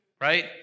Right